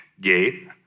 gate